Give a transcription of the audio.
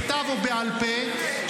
בכתב או בעל פה,